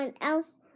else